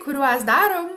kuriuos darom